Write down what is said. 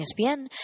ESPN